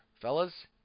Fellas